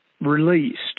released